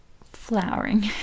flowering